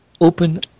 open